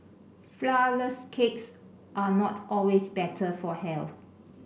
flourless cakes are not always better for health